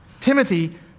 Timothy